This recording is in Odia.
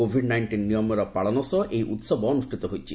କୋଭିଡ୍ ନାଇଷ୍ଟିନ୍ ନିୟମର ପାଳନ ସହ ଏହି ଉହବ ଅନୁଷ୍ଠିତ ହୋଇଛି